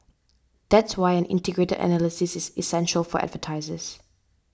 that's why an integrated analysis is essential for advertisers